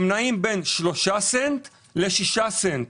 הם נעים בין 3 סנט ל-6 סנט.